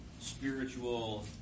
spiritual